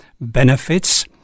benefits